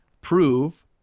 prove